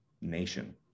nation